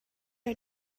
are